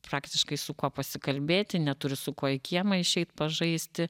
praktiškai su kuo pasikalbėti neturi su kuo į kiemą išeit pažaisti